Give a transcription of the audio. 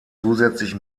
zusätzlich